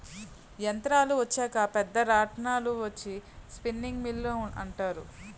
యంత్రాలు వచ్చాక పెద్ద రాట్నాలు వచ్చి స్పిన్నింగ్ మిల్లు అంటారు